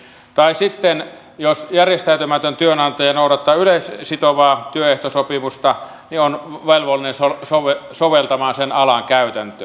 tai sitten jos järjestäytymätön työnantaja noudattaa yleissitovaa työehtosopimusta niin on velvollinen soveltamaan sen alan käytäntöä